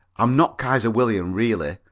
i'm not kaiser william really.